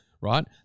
right